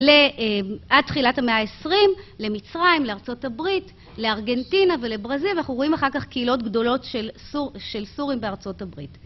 לעד תחילת המאה ה-20, למצרים, לארה״ב, לארגנטינה ולברזיל ואנחנו רואים אחר כך קהילות גדולות של סורים בארה״ב.